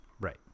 right